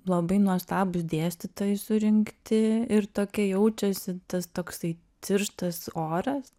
labai nuostabūs dėstytojai surinkti ir tokia jaučiasi tas toksai tirštas oras